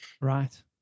Right